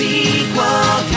Sequel